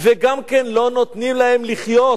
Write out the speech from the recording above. וגם כן, לא נותנים להם לחיות.